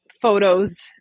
photos